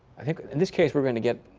i think in this case we're going to get